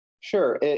Sure